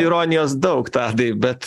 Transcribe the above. ironijos daug tadai bet